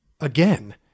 again